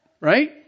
Right